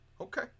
okay